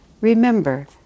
remember